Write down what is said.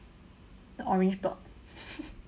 the orange plot